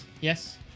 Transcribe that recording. Yes